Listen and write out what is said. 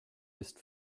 ist